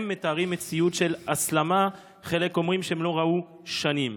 הם מתארים מציאות של הסלמה שחלק אומרים שהם לא ראו שנים.